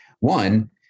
One